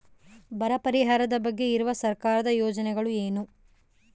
ಬರ ಪರಿಹಾರದ ಬಗ್ಗೆ ಇರುವ ಸರ್ಕಾರದ ಯೋಜನೆಗಳು ಏನು?